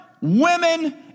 women